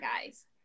guys